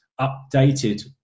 updated